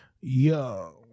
Yo